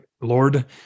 Lord